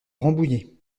rambouillet